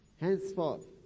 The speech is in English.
Henceforth